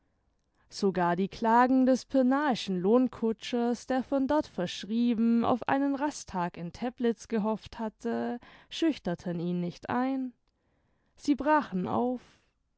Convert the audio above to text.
sogar die klagen des pirnaischen lohnkutschers der von dort verschrieben auf einen rasttag in teplitz gehofft hatte schüchterten ihn nicht ein sie brachen auf